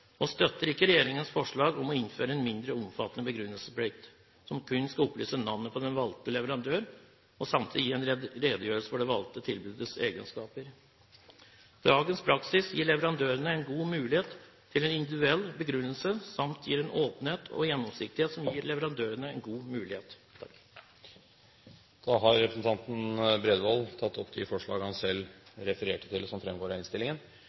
og støtter ikke regjeringens forslag om å innføre en mindre omfattende begrunnelsesplikt som kun skal opplyse navnet på den valgte leverandør, og samtidig gi en redegjørelse for det valgte tilbudets egenskaper. Dagens praksis gir leverandørene en god mulighet til en individuell begrunnelse samt åpenhet og gjennomsiktighet. Representanten Per Roar Bredvold har tatt opp de forslagene han refererte til. Arbeiderpartiet er opptatt av